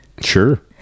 Sure